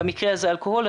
במקרה הזה אלכוהול.